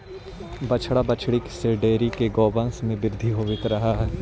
बछड़ा बछड़ी से डेयरी में गौवंश के वृद्धि होवित रह हइ